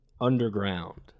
Underground